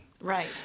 Right